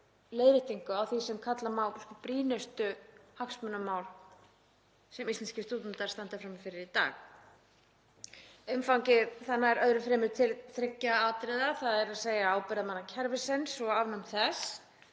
leiðréttingu á því sem kalla má brýnustu hagsmunamál sem íslenskir stúdentar standa frammi fyrir í dag. Umfangið nær öðru fremur til þriggja atriða, þ.e. ábyrgðarmannakerfisins og afnáms þess